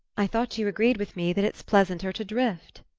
i thought you agreed with me that it's pleasanter to drift.